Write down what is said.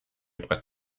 brett